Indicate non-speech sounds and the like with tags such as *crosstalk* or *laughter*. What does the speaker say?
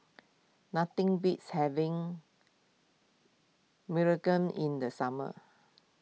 nothing beats having *unintelligible* in the summer